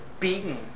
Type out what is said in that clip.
beaten